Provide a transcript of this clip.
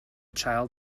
child